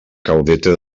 caudete